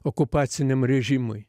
okupaciniam režimui